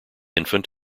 infant